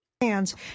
hands